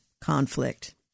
conflict